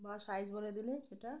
বা সাইজ বলে দিলে সেটা